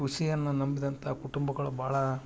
ಕೃಷಿಯನ್ನು ನಂಬಿದಂಥಾ ಕುಟುಂಬಗಳು ಭಾಳ